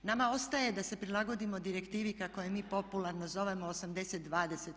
Nama ostaje da se prilagodimo direktivi kako je mi popularno zovemo 80/20.